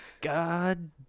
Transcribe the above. God